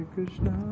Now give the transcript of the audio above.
Krishna